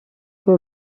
her